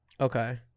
Okay